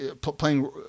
playing